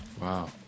Wow